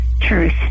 Truth